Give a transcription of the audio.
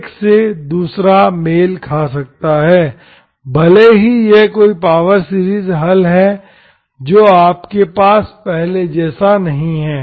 एक से दूसरा मेल खा सकता है भले ही यह कोई पावर सीरीज हल है जो आपके पास पहले जैसा नहीं है